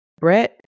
Brett